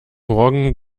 morgen